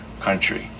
country